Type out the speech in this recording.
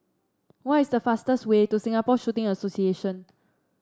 what is the fastest way to Singapore Shooting Association